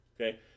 Okay